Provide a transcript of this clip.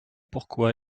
pourquoi